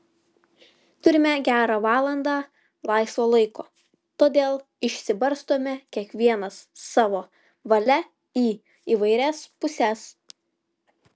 turime gerą valandą laisvo laiko todėl išsibarstome kiekvienas savo valia į įvairias puses